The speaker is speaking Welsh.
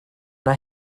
yna